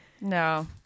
No